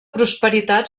prosperitat